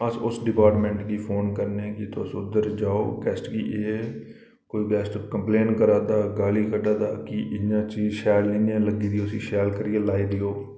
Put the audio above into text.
अस उस डिपार्टमैंट्ट गी फोन करने कि तुस उद्धर जाओ गैस्ट गी एह् एह् कोई गैस्ट कंपलेन करा दा गाली कड्ढा दा कि इ'यां चीज शैल नि ऐ लग्गी दी उसी शैल करियै लाई देओ